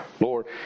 Lord